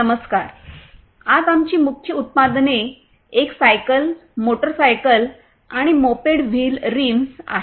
नमस्कार आज आमची मुख्य उत्पादने एक सायकल मोटरसायकल आणि मोपेड व्हील रिम्स आहेत